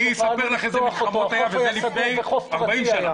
זה היה חוף פרטי.